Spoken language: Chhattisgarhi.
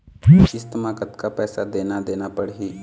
किस्त म कतका पैसा देना देना पड़ही?